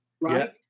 right